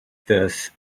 this